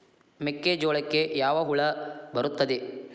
ಮೆಕ್ಕೆಜೋಳಕ್ಕೆ ಯಾವ ಹುಳ ಬರುತ್ತದೆ?